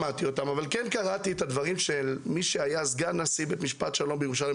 כן קראתי את הדברים של מי שהיה סגן נשיא בית משפט השלום בירושלים,